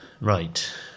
right